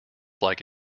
like